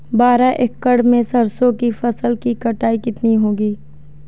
बारह एकड़ में सरसों की फसल की कटाई कितनी होगी?